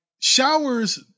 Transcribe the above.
showers